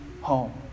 home